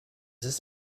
this